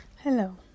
Hello